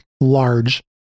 large